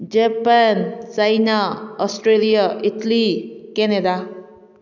Japan China Australia Italy Canada